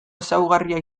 ezaugarria